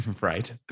Right